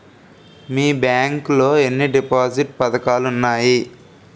మీ bank లో ఎన్ని deposit పథకాలు ఉన్నాయి?